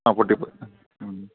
ആ പൊട്ടിപ്പോയി